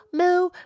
Moo